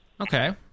Okay